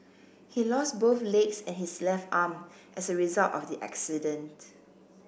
he lost both legs and his left arm as a result of the accident